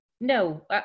No